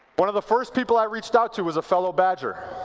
one of the first people i reached out to was a fellow badger.